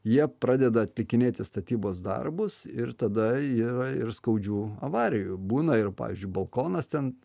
jie pradeda atlikinėti statybos darbus ir tada yra ir skaudžių avarijų būna ir pavyzdžiui balkonas ten